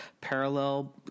parallel